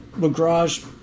garage